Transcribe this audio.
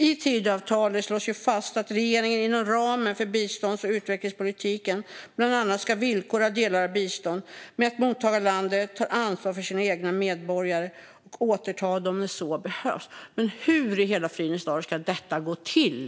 I Tidöavtalet slås fast att regeringen inom ramen för bistånds och utvecklingspolitiken bland annat ska villkora delar av biståndet med att mottagarlandet tar ansvar för sina egna medborgare och återtar dem om så behövs. Hur i hela friden ska detta gå till?